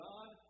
God